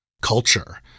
culture